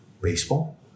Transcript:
baseball